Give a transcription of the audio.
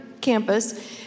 campus